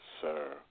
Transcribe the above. sir